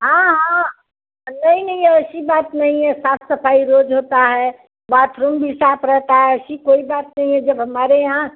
हाँ हाँ नहीं नहीं वैसी बात नहीं है साफ़ सफ़ाई रोज़ होती है बाथरूम भी साफ़ रहता है ऐसी कोई बात नहीं है जब हमारे यहाँ